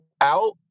out